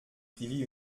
écrivit